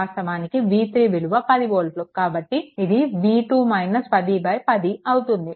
వాస్తవానికి v3 విలువ 10 వోల్ట్లు కాబట్టి ఇది v2 - 10 10 అవుతుంది